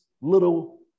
little